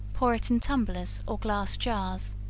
pour it in tumblers or glass jars,